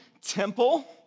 temple